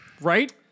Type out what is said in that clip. Right